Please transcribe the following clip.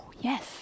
yes